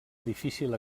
difícil